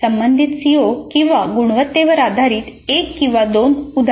संबंधित सीईओ किंवा गुणवत्तेवर आधारित एक किंवा दोन उदाहरणे